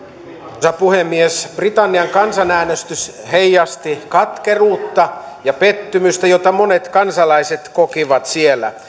arvoisa puhemies britannian kansanäänestys heijasti katkeruutta ja pettymystä jota monet kansalaiset kokivat siellä